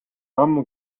ammu